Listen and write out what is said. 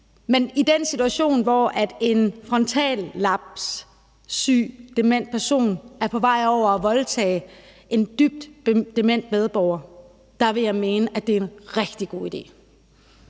I den situation, hvor en frontallapsdement person er på vej over at voldtage en dybt dement medborger, ville jeg mene atdet er en rigtig god idé.